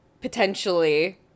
potentially